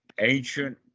ancient